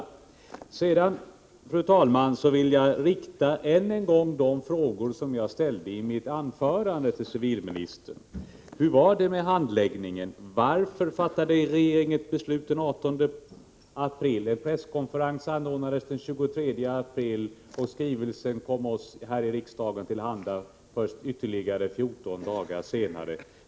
Jag vill än en gång, fru talman, till civilministern rikta de frågor som jag ställde i mitt anförande : Hur var det med handläggningen? Varför fattade regeringen ett beslut den 18 april, anordnade en presskonferens den 23 april medan skrivelsen till riksdagen var oss till handa först ytterligare 14 dagar senare?